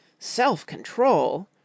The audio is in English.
self-control